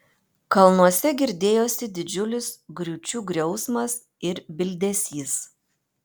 kalnuose girdėjosi didžiulis griūčių griausmas ir bildesys